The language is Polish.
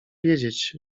wiedzieć